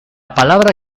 palabra